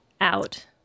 out